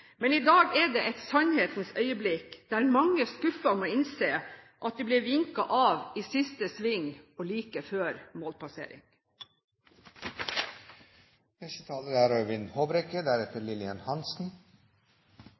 Men i dag er det et sannhetens øyeblikk, da mange skuffet må innse at de ble vinket av i siste sving og like før målpassering.